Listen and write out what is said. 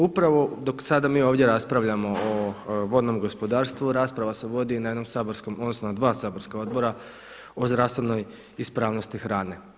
Upravo dok sada mi ovdje raspravljamo o vodnom gospodarstvu rasprava se vodi i na jednom saborskom, odnosno na dva saborska odbora o zdravstvenoj ispravnosti hrane.